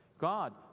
God